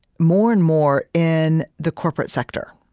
more and more, in the corporate sector.